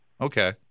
okay